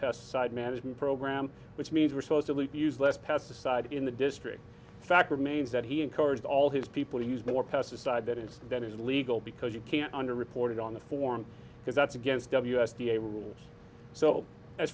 pesticide management program which means we're supposedly use less pesticides in the district the fact remains that he encouraged all his people to use more pesticide that is that is legal because you can't under reported on the form because that's against w s d a rules so as